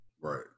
Right